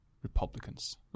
Republicans